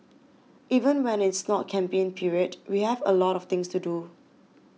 even when it's not campaign period we have a lot of things to do